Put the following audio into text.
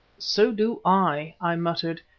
so do i, i muttered,